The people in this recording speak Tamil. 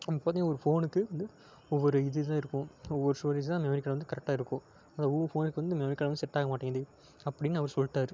இப்போ பார்த்தீங்கன்னா ஒரு ஃபோனுக்கு வந்து ஒவ்வொரு இதுதான் இருக்கும் ஒவ்வொரு ஸ்டோரேஜ் தான் மெமரி கார்டு வந்து கரெக்டாக இருக்கும் அந்த ஒவ்வொரு ஃபோனுக்கு வந்து மெமரி கார்டு வந்து செட் ஆக மாட்டேங்கிது அப்படின்னு அவர் சொல்லிட்டாரு